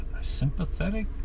sympathetic